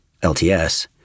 LTS